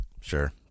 Sure